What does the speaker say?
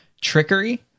trickery